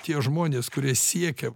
tie žmonės kurie siekia